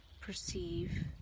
perceive